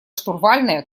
штурвальное